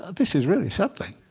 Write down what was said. this is really something.